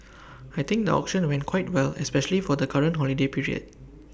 I think the auction went quite well especially for the current holiday period